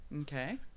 Okay